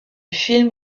film